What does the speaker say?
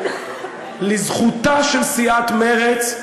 לזכותה של סיעת מרצ,